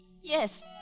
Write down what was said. Yes